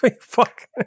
Fuck